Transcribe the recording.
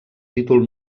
títol